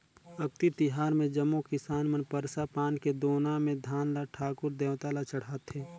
अक्ती तिहार मे जम्मो किसान मन परसा पान के दोना मे धान ल ठाकुर देवता ल चढ़ाथें